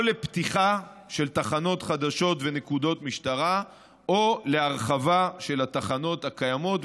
או לפתיחה של תחנות חדשות ונקודות משטרה או להרחבה של התחנות הקיימות.